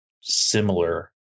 similar